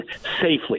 safely